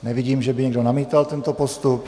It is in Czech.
Nevidím, že by někdo namítal tento postup.